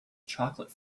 chocolate